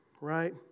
Right